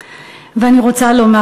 ואני רוצה לומר,